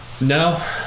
No